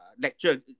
lecture